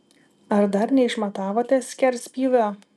ar dar neišmatavote skerspjūvio